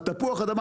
על תפוח-אדמה,